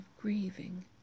grieving